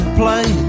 play